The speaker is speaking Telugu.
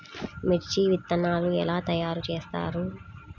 మిర్చి విత్తనాలు ఎలా తయారు చేస్తారు?